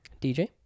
DJ